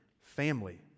family